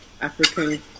African